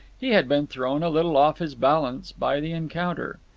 he had been thrown a little off his balance by the encounter.